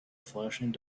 flashing